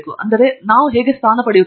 ಹಾಗಾದರೆ ನಾವು ಹೇಗೆ ಸ್ಥಾನ ಪಡೆಯುತ್ತೇವೆ